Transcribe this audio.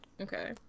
okay